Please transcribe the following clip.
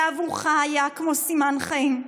עבורך זה היה כמו סימן חיים.